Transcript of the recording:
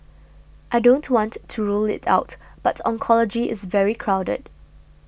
I don't want to rule it out but oncology is very crowded